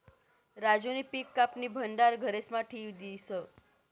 राजूनी पिक कापीन भंडार घरेस्मा ठी दिन्हं